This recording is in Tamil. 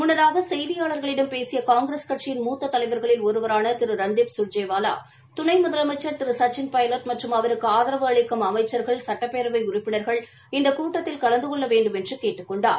முன்னதாக செய்தியாளர்களிடம் பேசிய காங்கிரஸ் கட்சியின் மூத்த தலைவர்களில் ஒருவரான திரு ரன்தீப் சா்ஜிவாவா துணை முதலமைச்சா் திரு சச்சின் பைலட் மற்றம் அவருக்கு ஆதரவு அளிக்கும் அமைச்சா்கள் சட்டப்பேரவை உறுப்பினர்கள் இந்த கூட்டத்தில் கலந்து கொள்ள வேண்டுமென்று கேட்டுக் கொண்டார்